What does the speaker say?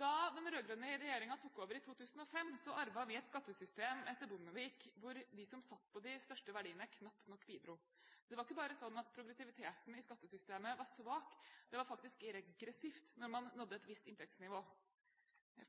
Da den rød-grønne regjeringen tok over i 2005, arvet vi et skattesystem etter Bondevik, hvor de som satt på de største verdiene, knapt nok bidro. Det var ikke bare slik at progressiviteten i skattesystemet var svak, det var faktisk regressivt når man nådde et visst inntektsnivå.